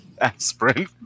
aspirin